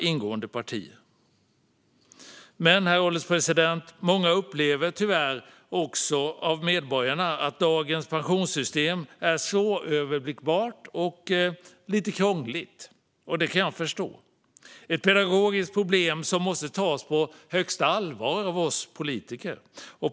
Men, herr ålderspresident, många medborgare upplever tyvärr att dagens pensionssystem är svåröverblickbart och lite krångligt. Det kan jag förstå. Det är ett pedagogiskt problem som måste tas på största allvar av oss politiker.